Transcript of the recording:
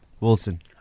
Wilson